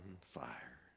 fire